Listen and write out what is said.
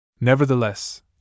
Nevertheless